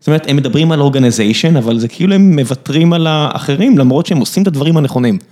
זאת אומרת, הם מדברים על אורגניזיישן, אבל זה כאילו הם מוותרים על האחרים, למרות שהם עושים את הדברים הנכונים.